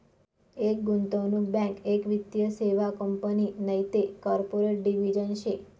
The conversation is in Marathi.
एक गुंतवणूक बँक एक वित्तीय सेवा कंपनी नैते कॉर्पोरेट डिव्हिजन शे